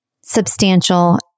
substantial